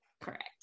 Correct